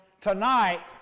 tonight